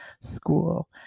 school